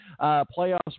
playoffs